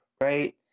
right